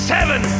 Seven